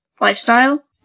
lifestyle